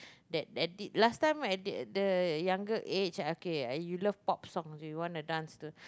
the addict last time the the younger age okay we love Pop song we want to dance to